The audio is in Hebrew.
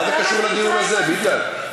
מה זה קשור לדיון הזה, ביטן?